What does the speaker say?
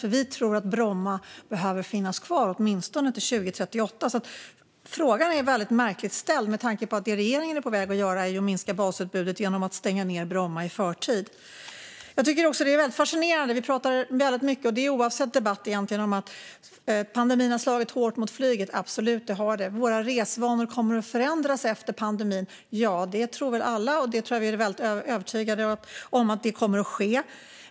Vi tror nämligen att Bromma behöver finnas kvar åtminstone till 2038. Frågan är alltså väldigt märkligt ställd med tanke på att regeringen är på väg att minska basutbudet genom att stänga Bromma i förtid. Detta är väldigt fascinerande. Vi pratar väldigt mycket, egentligen oavsett vilken debatt det är, om att pandemin har slagit hårt mot flyget. Så är det absolut. Våra resvanor kommer att förändras efter pandemin - ja, det tror väl alla. Jag tror att vi är väldigt övertygade om att det kommer att bli så.